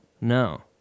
No